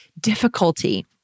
difficulty